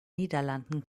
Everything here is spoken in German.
niederlanden